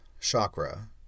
chakra